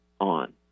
on